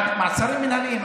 מעצרים מינהליים,